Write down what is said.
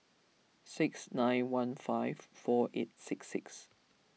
six nine one five four eight six six